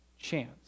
chance